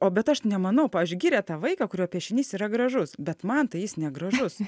o bet aš nemanau pavyzdžiui giria tą vaiką kurio piešinys yra gražus bet man tai jis negražus